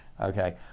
okay